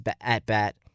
at-bat